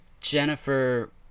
jennifer